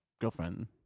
girlfriend